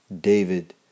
David